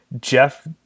Jeff